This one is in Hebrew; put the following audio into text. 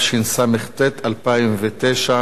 התשס"ט 2009,